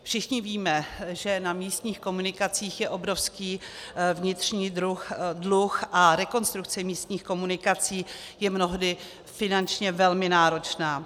Všichni víme, že na místních komunikacích je obrovský vnitřní dluh a rekonstrukce místních komunikací je mnohdy finančně velmi náročná.